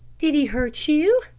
did he hurt you?